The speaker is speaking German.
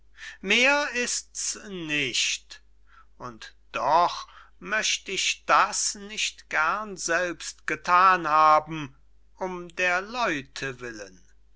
mehr ist's nicht und doch möchte ich das nicht gern selbst gethan haben um der leute willen